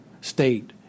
state